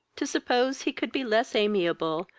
to suppose he could be less amiable,